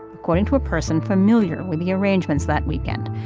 according to a person familiar with the arrangements that weekend.